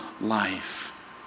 life